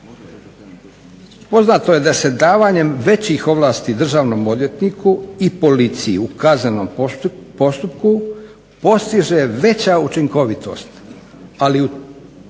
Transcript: "poznato je da se davanjem većih ovlasti državnom odvjetniku i policiji u kaznenom postupku postiže veća učinkovitost,